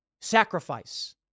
sacrifice